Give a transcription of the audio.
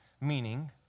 meaning